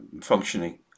functioning